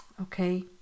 Okay